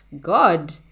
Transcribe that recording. God